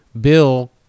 bill